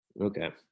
Okay